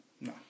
No